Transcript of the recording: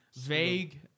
vague